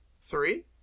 Three